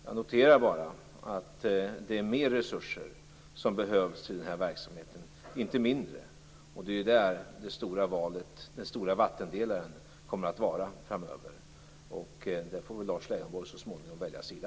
Jag noterar bara att det är mer resurser som behövs i denna verksamhet - inte mindre. Det är där som den stora vattendelaren kommer att vara framöver. I fråga om detta får väl Lars Leijonborg så småningom välja sida.